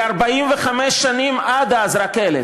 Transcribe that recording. שזה יביא ליותר שלום ושזה יביא ליותר ביטחון.